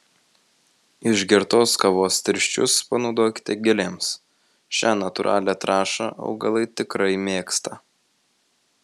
išgertos kavos tirščius panaudokite gėlėms šią natūralią trąšą augalai tikrai mėgsta